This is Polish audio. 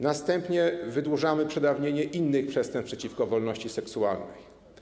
Następnie wydłużamy okres przedawnienia innych przestępstw przeciwko wolności seksualnej.